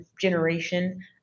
generation